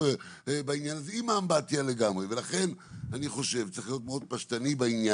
לכן אני חושב שצריך להיות מאוד פשטנייפ.